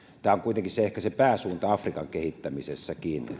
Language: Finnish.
tämä on kuitenkin ehkä se pääsuunta afrikankin kehittämisessä